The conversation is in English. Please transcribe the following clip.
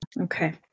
Okay